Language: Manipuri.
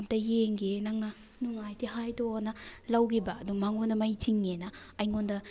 ꯑꯝꯇ ꯌꯦꯡꯒꯦ ꯅꯪꯅ ꯅꯨꯡꯉꯥꯏꯇꯦ ꯍꯥꯏꯗꯣꯅ ꯂꯧꯒꯤꯕ ꯑꯗꯨ ꯃꯉꯣꯟꯗ ꯃꯩ ꯆꯤꯡꯉꯦꯅ ꯑꯩꯉꯣꯟꯗ